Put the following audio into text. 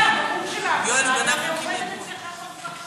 יואל הוא גנב חוקים